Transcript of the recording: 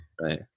right